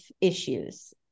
issues